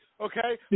Okay